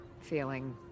feeling